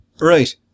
Right